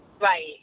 Right